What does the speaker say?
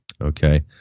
Okay